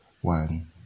one